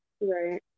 Right